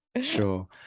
Sure